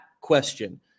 question